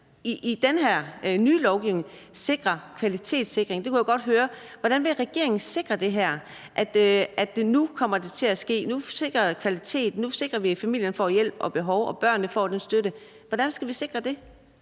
i den her nye lovgivning sikre kvaliteten? Det kunne jeg godt tænke mig at høre. Hvordan vil regeringen sikre, at det kommer til at ske nu? Nu sikrer vi kvaliteten, nu sikrer vi, at familierne får hjælp efter behov, og at børnene får støtte. Hvordan skal vi sikre det?